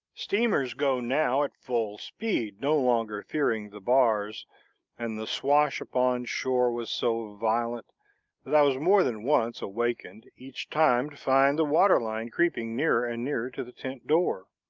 steamers go now at full speed, no longer fearing the bars and the swash upon shore was so violent that i was more than once awakened, each time to find the water line creeping nearer and nearer to the tent door.